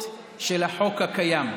אנחנו נמצאים במציאות של החוק הקיים.